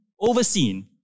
overseen